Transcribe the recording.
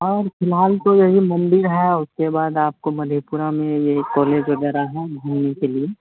और फिलहाल तो यही मन्दिर है और उसके बाद आपको मधेपुरा में यही कोलेज वगैरह हैं घूमने के लिए